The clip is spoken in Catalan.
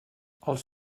els